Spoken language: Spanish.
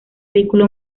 vínculo